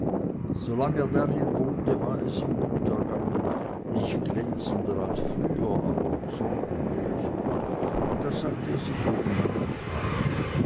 er darin wohnte war es ihm gut ergangen nicht glänzender als früher aber sorgenloser und das sagte er sich jeden neuen tag